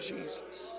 Jesus